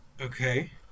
Okay